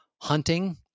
hunting